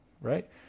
right